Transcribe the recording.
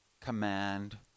command